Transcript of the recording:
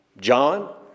John